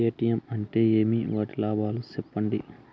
ATM అంటే ఏమి? వాటి లాభాలు సెప్పండి